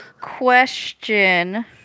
Question